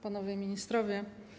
Panowie Ministrowie!